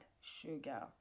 sugar